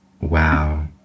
Wow